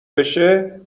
بشه